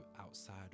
outside